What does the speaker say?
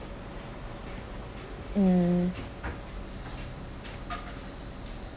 um